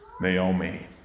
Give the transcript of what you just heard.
Naomi